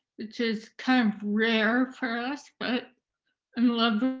which is kind of rare for us, but i'm loving